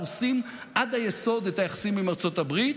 הורסים עד היסוד את היחסים עם ארצות הברית,